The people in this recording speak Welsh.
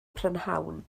prynhawn